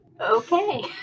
Okay